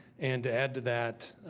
and to add to that,